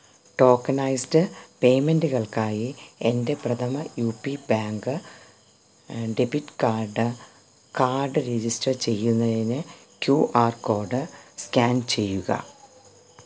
tokenised പേമെന്റ്കൾക്കായി എൻ്റെ Prathama U P bank debit card card register ചെയ്യുന്നതിന് ക്യൂ ആര് കോഡ് സ്കാൻ ചെയ്യുക